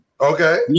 Okay